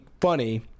funny